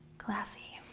classy.